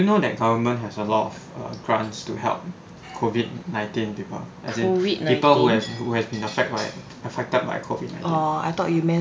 do you know that government has a lot of err grants to help COVID nineteen people as in people who have who have been affected by it affected by COVID nineteen